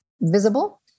visible